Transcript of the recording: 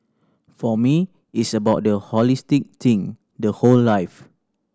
for me it's about the holistic thing the whole life